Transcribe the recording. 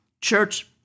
Church